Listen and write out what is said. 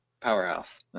powerhouse